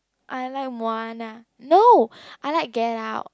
I like Moana no I like Get Out